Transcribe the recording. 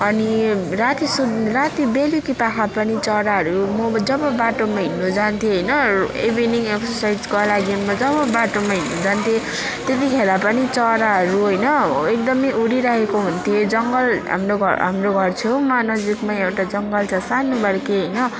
अनि राति सुन राति बेलुकीपख पनि चराहरू म जब बाटोमा हिँड्नु जान्थेँ होइन इभिनिङ एक्ससाइजको लागि म जब बाटोमा हिँड्नजान्थेँ त्यतिखेर पनि चराहरू होइन एकदमै उडिरहेका हुन्थे जङ्गल हाम्रो घर हाम्रो घर छेउमा नजिकमा एउटा जङ्गल छ सानोबडे होइन